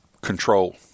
control